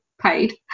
paid